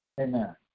Amen